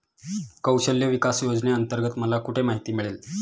कौशल्य विकास योजनेअंतर्गत मला कुठे माहिती मिळेल?